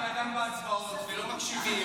היה בלגן בהצבעות ולא מקשיבים.